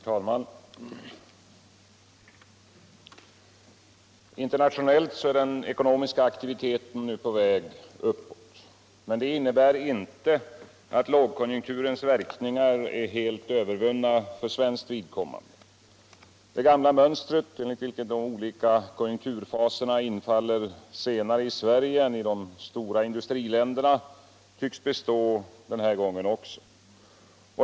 Herr talman! Internationellt är den ekonomiska aktiviteten nu på väg uppåt. Men det innebär inte att lågkonjunkturens verkningar helt är övervunna för svenskt vidkommande. Det gamla mönstret enligt vilket de olika konjunkturfaserna infaller senare i Sverige än i de stora industriländerna tycks bestå denna gång också.